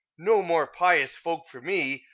no more pious folk for me!